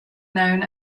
known